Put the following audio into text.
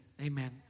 Amen